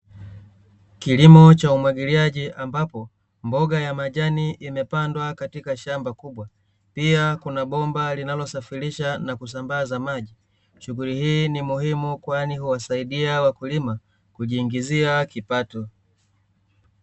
Kilimo cha umwagiliaji ambapo mboga ya majani imepandwa katika shamba kubwa pia kuna bomba linalosafirisha na kusambaza maji. shughuli hii ni muhimu kwani huwasaidia wakulima kujiingizia kipato.